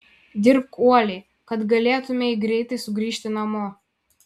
dirbk uoliai kad galėtumei greitai sugrįžti namo